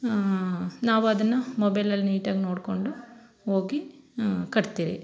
ನಾವದನ್ನು ಮೊಬೈಲಲ್ಲಿ ನೀಟಾಗಿ ನೋಡಿಕೊಂಡು ಹೋಗಿ ಕಟ್ತೀರಿ